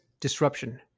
disruption